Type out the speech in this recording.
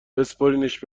بسپرینش